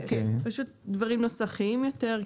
פשוט דברים נוסחיים יותר.